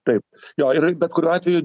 taip jo ir bet kuriuo atveju